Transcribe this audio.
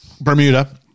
Bermuda